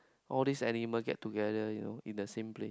all these animal get together you know in the same place